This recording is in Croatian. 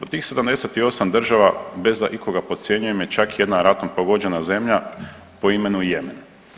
U tih 78 država bez da ikoga podcjenjujem je čak i jedna ratom pogođena zemlja po imenu Jemen.